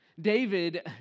David